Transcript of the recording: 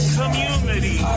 community